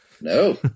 no